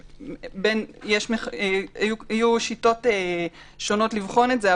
היו שיטות שונות לבחון את זה,